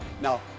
Now